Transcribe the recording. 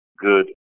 good